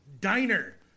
Diner